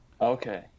Okay